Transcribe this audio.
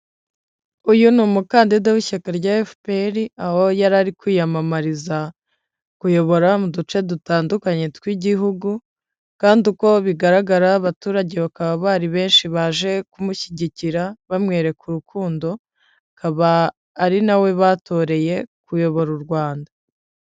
Uyu ni umukandida w'ishyaka rya FPR, aho yari ari kwiyamamariza kuyobora mu duce dutandukanye tw'Igihugu, kandi uko bigaragara abaturage bakaba bari benshi baje kumushyigikira, bamwereka urukundo, akaba ari na we batoreye kuyobora u Rwanda.